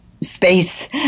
Space